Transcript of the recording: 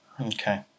Okay